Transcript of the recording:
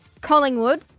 Collingwood